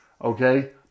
Okay